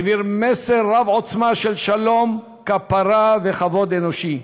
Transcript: העביר מסר רב-עוצמה של שלום, כפרה וכבוד אנושי".